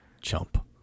Chump